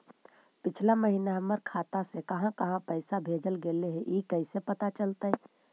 पिछला महिना हमर खाता से काहां काहां पैसा भेजल गेले हे इ कैसे पता चलतै?